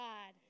God